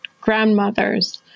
grandmothers